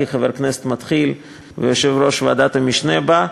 כחבר כנסת מתחיל ויושב-ראש ועדת המשנה בה,